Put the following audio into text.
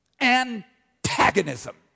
Antagonism